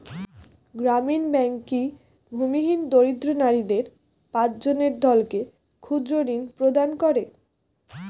গ্রামীণ ব্যাংক কি ভূমিহীন দরিদ্র নারীদের পাঁচজনের দলকে ক্ষুদ্রঋণ প্রদান করে?